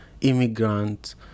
immigrants